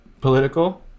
political